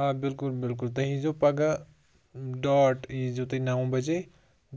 آ بِلکُل بِلکُل تُہۍ ییٖزیٚو پَگاہ ڈاٹ ییٖزیٚو تُہۍ نَو بَجے